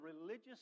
religious